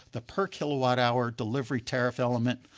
the per kilowatt hour, delivery tariff element,